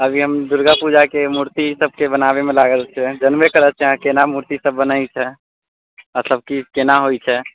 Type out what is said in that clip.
अभी हम दुर्गा पूजाके मूर्ति ई सभके बनाबैमे लागल छी जनबे करै छी अहाँ जे केना मूर्ति सभ बनै छै आओर सभ किछु केना होइ छै